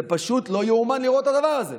זה פשוט לא ייאמן לראות את הדבר הזה.